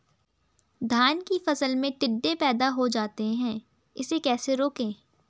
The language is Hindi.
धान की फसल में टिड्डे पैदा हो जाते हैं इसे कैसे रोकें?